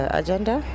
agenda